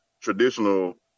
traditional